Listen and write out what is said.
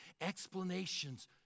Explanations